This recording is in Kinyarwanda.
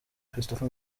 christophe